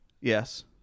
yes